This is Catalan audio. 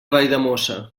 valldemossa